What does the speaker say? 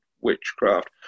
witchcraft